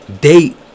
date